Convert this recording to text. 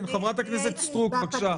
חברת הכנסת סטרוק, בבקשה.